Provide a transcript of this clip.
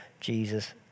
Jesus